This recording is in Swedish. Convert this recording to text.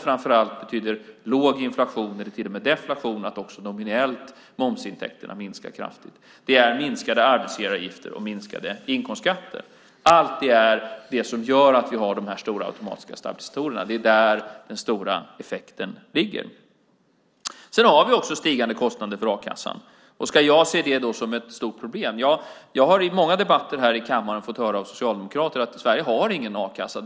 Framför allt betyder låg inflation eller till och med deflation att momsintäkterna också nominellt minskar kraftigt. Det är minskade arbetsgivaravgifter och minskade inkomstskatter. Allt det gör att vi har de stora automatiska stabilisatorerna. Det är där den stora effekten ligger. Sedan har vi också stigande kostnader för a-kassan. Ska jag se det som ett stort problem? Jag har i många debatter här i kammaren fått höra av socialdemokrater att Sverige inte har någon a-kassa.